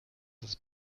ist